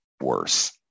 worse